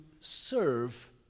serve